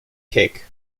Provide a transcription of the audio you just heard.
cake